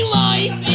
life